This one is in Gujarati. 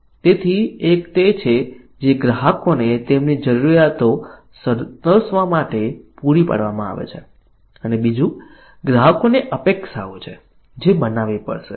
તેથી એક તે છે જે ગ્રાહકોને તેમની જરૂરિયાતો સંતોષવા માટે પૂરી પાડવામાં આવે છે અને બીજું ગ્રાહકોની અપેક્ષાઓ છે જે બનાવવી પડશે